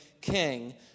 king